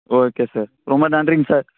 okay sir ரொம்ப நன்றிங்க sir